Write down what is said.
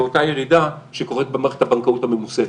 ואותה ירידה שקורית במערכת הבנקאות הממוסדת.